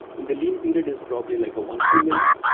in the lean period it's probably like one or two million,